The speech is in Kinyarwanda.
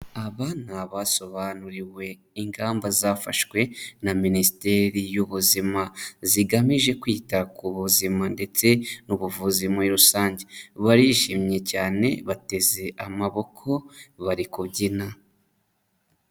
Aba ni abasobanuriwe ingamba zafashwe na minisiteri y'ubuzima, zigamije kwita ku buzima ndetse n'ubuvuzi muri rusange, barishimye cyane, bateze amaboko bari kubyina.